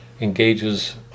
engages